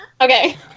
Okay